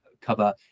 cover